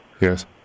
Yes